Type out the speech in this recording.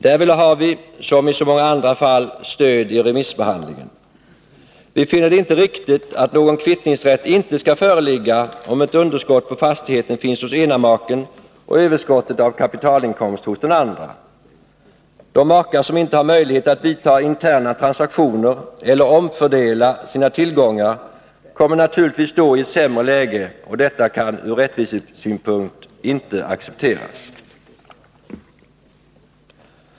Därvidlag har vi — som i så många andra fall — stöd i remissbehandlingen. Vi finner det inte riktigt att någon kvittningsrätt inte skall föreligga om ett underskott på fastigheten finns hos ena maken och överskott av kapitalinkomst hos den andra. De makar som inte har möjlighet att vidta interna transaktioner eller omfördela sina tillgångar kommer naturligtvis då i ett sämre läge, och detta kan ur rättvisesynpunkt inte accepteras.